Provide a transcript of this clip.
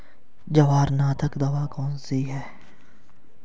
जवारनाशक दवा कौन सी है?